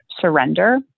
surrender